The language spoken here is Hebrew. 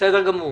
בסדר.